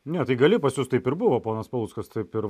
ne tai gali pas jus taip ir buvo ponas paluckas taip ir